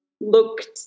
looked